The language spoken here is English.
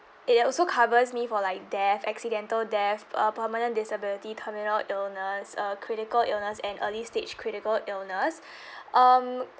it also covers me for like death accidental death uh permanent disability terminal illness uh critical illness and early stage critical illness um